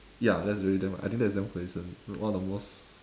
ya that was very damn I think that is damn coincident one of the most